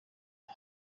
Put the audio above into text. and